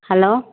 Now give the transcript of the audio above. hello